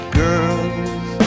girls